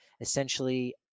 essentially